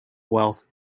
wealth